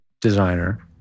Designer